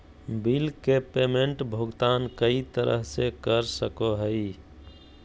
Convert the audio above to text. bill के payment भुगतान कई तरह से कर सको हइ